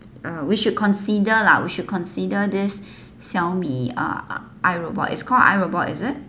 we should consider lah we should consider this Xiaomi uh iRobot is called iRobot is it